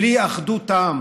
בלי אחדות העם,